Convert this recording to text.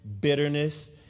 bitterness